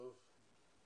טוב.